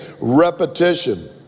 repetition